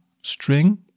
string